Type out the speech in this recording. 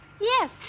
Yes